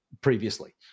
previously